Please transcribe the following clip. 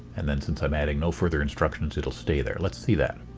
and then, since i'm adding no further instructions, it'll stay there. let's see that.